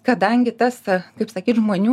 kadangi tas kaip sakyt žmonių